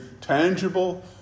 tangible